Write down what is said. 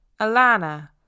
Alana